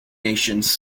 nations